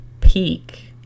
peak